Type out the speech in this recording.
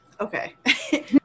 okay